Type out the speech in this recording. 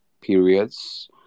periods